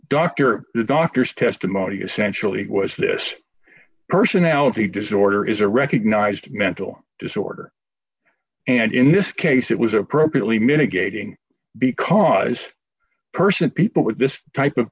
doctor the doctor's testimony essentially was this personality disorder is a recognized mental disorder and in this case it was appropriately mitigating because person people with this type of